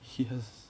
he has